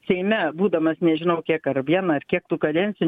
seime būdamas nežinau kiek ar vieną ar kiek tų kadencijų